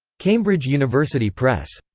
cambridge university press.